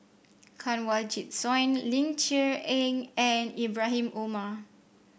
Kanwaljit Soin Ling Cher Eng and Ibrahim Omar